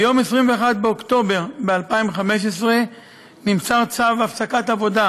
ביום 21 באוקטובר 2015 נמסר צו הפסקת עבודה